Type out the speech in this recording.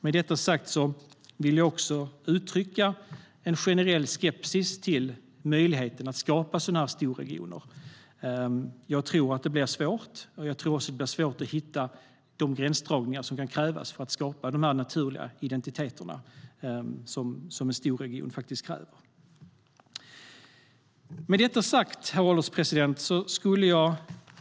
Med detta sagt vill jag uttrycka en generell skepsis mot möjligheten att skapa sådana här storregioner. Jag tror att det blir svårt. Jag tror också att det blir svårt att hitta de gränsdragningar som krävs för att skapa de naturliga identiteter som en storregion faktiskt kräver. Herr ålderspresident!